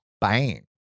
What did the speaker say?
Bang